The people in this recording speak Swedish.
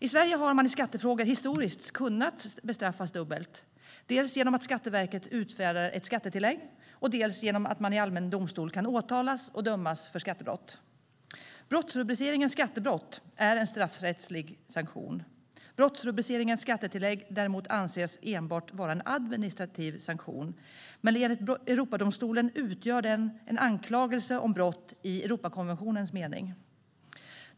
I Sverige har man i skattefrågor historiskt kunnat bestraffas dubbelt, dels genom att Skatteverket utfärdar ett skattetillägg, dels genom att man i allmän domstol kan åtalas och dömas för skattebrott. Brottsrubriceringen skattebrott är en straffrättslig sanktion. Brottsrubriceringen skattetillägg anses däremot enbart vara en administrativ sanktion. Men för Europadomstolen utgör den sanktionen en anklagelse om brott i Europakonventionens mening.